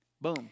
Boom